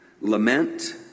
lament